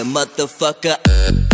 Motherfucker